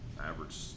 average